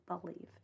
believe